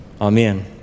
Amen